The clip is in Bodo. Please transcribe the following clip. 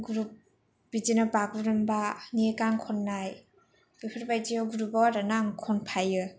ग्रुप बिदिनो बागुरुम्बानि गान खननाय बेफोर बायदियाव ग्रुपाव आरोना आं खनफायो